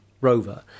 rover